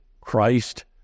Christ